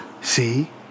See